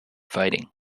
fighting